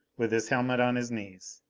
with his helmet on his knees.